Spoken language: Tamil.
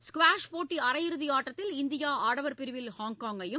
ஸ்குவாஷ் போட்டி அரையிறுதி ஆட்டத்தில் இந்தியா ஆடவர் பிரிவில் ஹாங்காங்கையும்